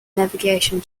navigation